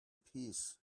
piece